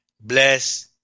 bless